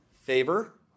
favor